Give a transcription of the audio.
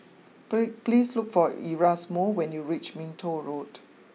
Poly please look for Erasmo when you reach Minto Road